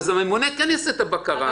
אז הממונה כן יעשה את הבקרה.